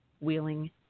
Wheeling